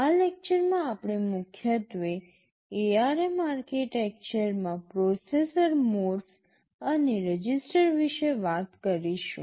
આ લેક્ચરમાં આપણે મુખ્યત્વે ARM આર્કિટેક્ચરમાં પ્રોસેસર મોડ્સ અને રજિસ્ટર વિશે વાત કરીશું